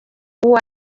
uwo